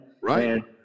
Right